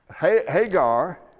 Hagar